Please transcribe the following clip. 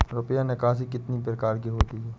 रुपया निकासी कितनी प्रकार की होती है?